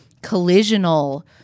collisional